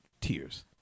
tears